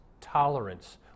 Tolerance